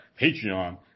Patreon